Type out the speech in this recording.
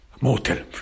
motel